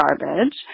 garbage